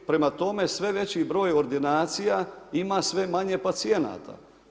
Prema tome sve veći broj ordinacija ima sve manje pacijenata.